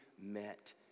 met